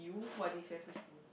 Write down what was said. what destresses you